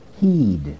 heed